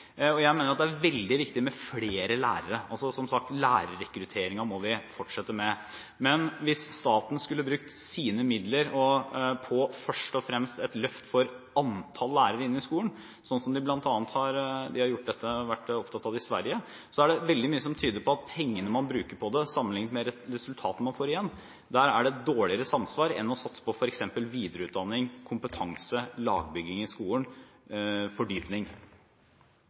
viktigst. Jeg mener det er veldig viktig med flere lærere – som sagt: Lærerrekrutteringen må vi fortsette med. Hvis staten skulle brukt sine midler først og fremst på et løft for antall lærere inn i skolen, sånn som de bl.a. har vært opptatt av i Sverige, er det veldig mye som tyder på at det er et dårligere samsvar mellom pengene man bruker på det og resultatet man får igjen, sammenliknet med å satse på f.eks. videreutdanning, kompetanse, lagbygging i skolen og fordypning.